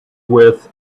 with